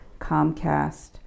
Comcast